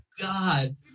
God